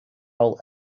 all